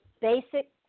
basic